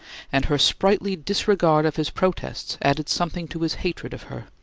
and her sprightly disregard of his protests added something to his hatred of her.